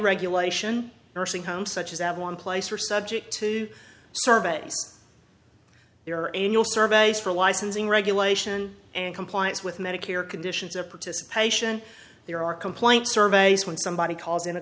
regulation nursing homes such as that one place are subject to survey their annual surveys for licensing regulation and compliance with medicare conditions of participation there are complaints surveys when somebody calls in a